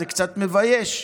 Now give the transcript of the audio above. אז זה קצת מבייש,